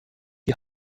die